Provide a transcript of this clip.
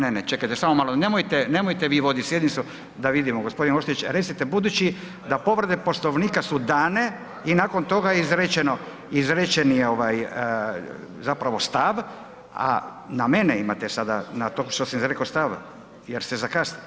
Ne, ne, čekajte samo malo, nemojte, nemojte vi vodit' Sjednicu, da vidimo gospodine Ostojić recite budući da povrede Poslovnika su dane i nakon toga je izrečeno, izrečen je, ovaj, zapravo stav, a na mene imate sada, na to što sam izrekao stav, jer ste zakasnili?